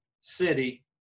city